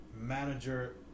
manager